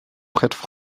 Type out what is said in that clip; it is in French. prêtres